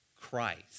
Christ